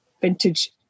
vintage